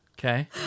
Okay